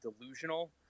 delusional